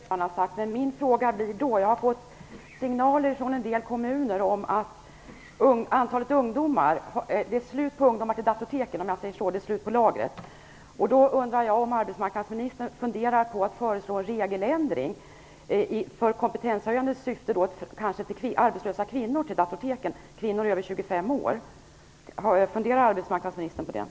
Fru talman! Jag håller med om det som Rose Marie Frebran har sagt. Jag har fått signaler från en del kommuner om att det inte finns fler ungdomar till Datorteken. Det är slut på lagret, så att säga. Jag undrar om arbetsmarknadsministern funderar på att föreslå en regeländring så att arbetslösa kvinnor över 25 år i kompetenshöjande syfte kan få komma till Datorteken.